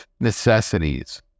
necessities